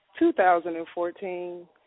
2014